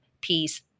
peace